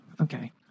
Okay